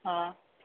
हाँ